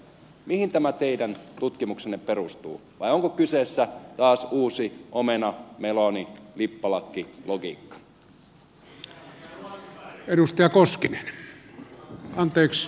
mihin tämä teidän tutkimuksenne perustuu vai onko kyseessä taas uusi omenamelonilippalakki logiikka